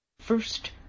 First